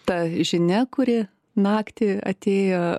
ta žinia kuri naktį atėjo